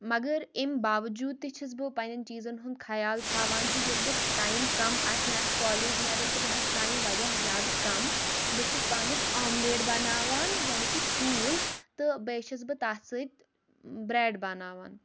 مگر اَمہِ باؤجوٗد تہِ چھَس بہٕ پنٕنٮ۪ن چیٖزَن ہُنٛد خَیال تھاوان زِ ییٚلہِ بہٕ ٹایِم کَم آسہِ مےٚ آسہِ کالیج نیرُن تہٕ مےٚ آسہِ ٹایم واریاہ زیادٕ کَم بہٕ چھَس پانَس آملیٹ بَناوان یعنی کہِ ٹھوٗل تہٕ بیٚیہِ چھَس بہٕ تَتھ سۭتۍ برٛیٚڈ بَناوان